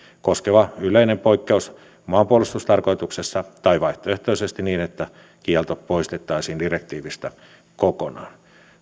koskeva yleinen poikkeus maanpuolustustarkoituksessa tai vaihtoehtoisesti niin että kielto poistettaisiin direktiivistä kokonaan